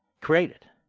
Created